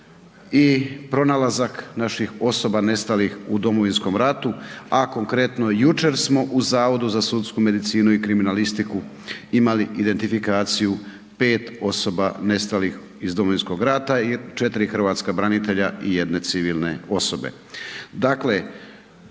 i pronalazak naših osoba nestalih u Domovinskom ratu, a konkretno jučer smo u Zavodu za sudsku medicinu i kriminalistiku imali identifikaciju pet osoba nestalih iz domovinskog rata i četiri hrvatska branitelja i jedne civilne osobe.